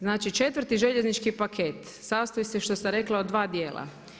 Znači 4 željeznički paket, sastoji se što sam rekla od 2 dijela.